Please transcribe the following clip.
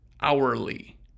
hourly